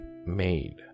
Made